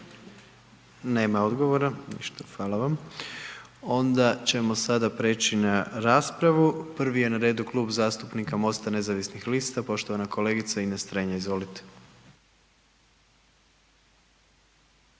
Nema odgovora, ništa hvala vam. Onda ćemo sada preći na raspravu, prvi je na redu Klub zastupnika MOST-a nezavisnih lista, poštovana kolegica Ines Strenja, izvolite.